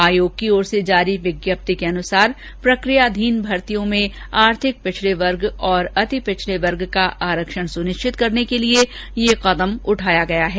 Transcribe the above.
आयोग की ओर से जारी विज्ञप्ति के अनुसार प्रक्रियाधीन भर्तियों में आर्थिक पिछड़े वर्ग तथा अति पिछड़े वर्ग का आरक्षण सुनिश्चित करने के लिए यह कदम उठाया गया है